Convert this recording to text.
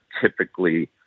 typically